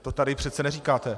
To tady přece neříkáte.